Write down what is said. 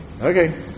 Okay